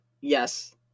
Yes